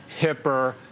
hipper